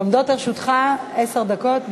עומדות לרשותך עשר דקות.